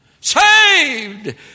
Saved